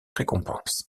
récompenses